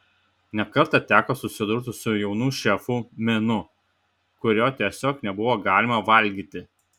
ne kartą teko susidurti su jaunų šefų menu kurio tiesiog nebuvo galima valgyti